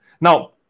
now